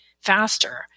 faster